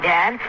Dad